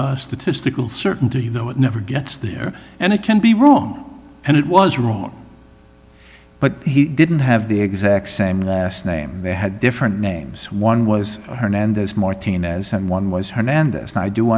approaches statistical certainty though it never gets there and it can be wrong and it was wrong but he didn't have the exact same last name they had different names one was hernandez martinez and one was hernandez and i do